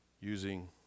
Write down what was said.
using